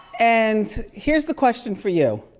and here's the question for you.